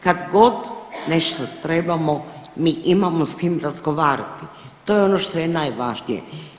Kadgod nešto trebamo mi imamo s kim razgovarati to je ono što je najvažnije.